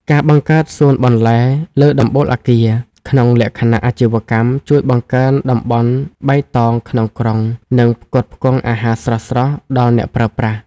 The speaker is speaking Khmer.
ការបង្កើតសួនបន្លែលើដំបូលអគារ ក្នុងលក្ខណៈអាជីវកម្ម ជួយបង្កើនតំបន់បៃតងក្នុងក្រុង និងផ្គត់ផ្គង់អាហារស្រស់ៗដល់អ្នកប្រើប្រាស់។